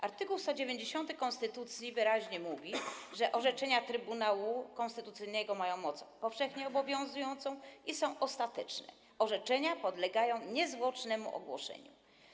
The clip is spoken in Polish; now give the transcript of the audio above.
Art. 190 konstytucji wyraźnie mówi, że orzeczenia Trybunału Konstytucyjnego mają moc powszechnie obowiązującą i są ostateczne, orzeczenia podlegają niezwłocznemu ogłoszeniu.